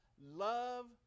love